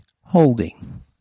Holding